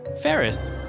Ferris